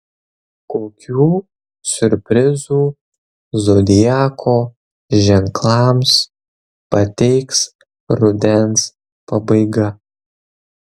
kokių siurprizų zodiako ženklams pateiks rudens pabaiga